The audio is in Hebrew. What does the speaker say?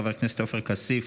חבר הכנסת עופר כסיף,